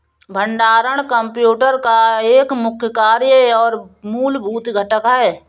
भंडारण कंप्यूटर का एक मुख्य कार्य और मूलभूत घटक है